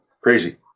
crazy